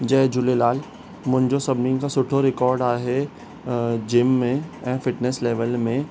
जय झूलेलाल मुंहिंजो सभिनीनि खां सुठो रिकॉड आहे अ जिम ऐं फिटनेस लेवल में